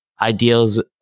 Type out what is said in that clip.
ideals